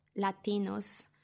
Latinos